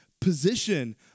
Position